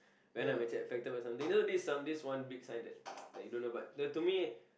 when I'm actually affected by something you know this some this one big sign that like you don't but the to me